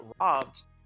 robbed